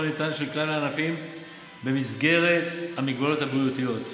הניתן של כלל הענפים במסגרת המגבלות הבריאותיות,